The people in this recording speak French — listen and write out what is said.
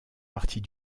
partie